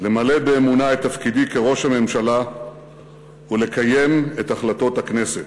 למלא באמונה את תפקידי כראש הממשלה ולקיים את החלטות הכנסת.